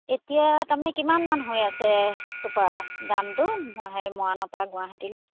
এতিয়া তাৰমানে কিমানমান হৈ আছে চুপাৰৰ দামটো হেৰি মৰা মৰাণৰ পৰা গুৱাহাটীলৈ